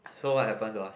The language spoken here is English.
so what happened to us